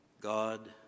God